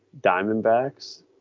Diamondbacks